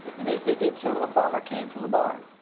and as they did so a farmer came from the barn.